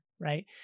Right